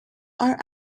are